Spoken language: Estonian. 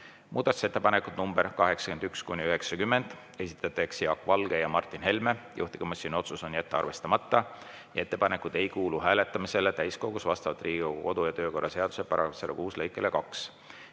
Muudatusettepanekud nr 81–90, esitajad Jaak Valge ja Martin Helme. Juhtivkomisjoni otsus on jätta arvestamata ja ettepanekud ei kuulu hääletamisele täiskogus vastavalt Riigikogu kodu- ja töökorra seaduse § 106 lõikele 2.